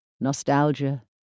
Nostalgia